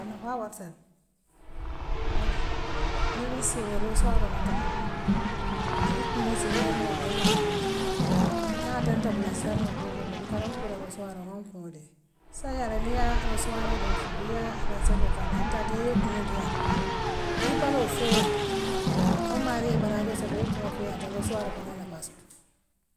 Anafaa wartale baree niŋ ibe seeree rossuaro man tara ibulu ikuŋoo see ňaami woo dee maa jee noola naa ate nte bula saŋ woo dool bulale dukare mfu ila rauaroo ŋaŋ kuŋoo lii saňi ala niŋ yaa rassuaroo jaŋ fuu yaa lamseetoo ke a daa ikaa tee yee kuŋoo lii ala ibaloo feeyaata a maariwo ye baraajawo soto yee kuŋoo feeyaata rassuaroo fanaŋ yee nafaa soto.